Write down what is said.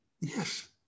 Yes